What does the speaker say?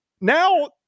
now